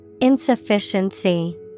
Insufficiency